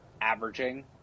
averaging